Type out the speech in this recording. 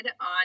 on